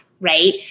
Right